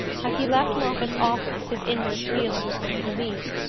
as he left moffatt's office his inmost feeling was one of relief.